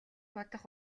бодох